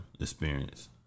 experience